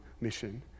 mission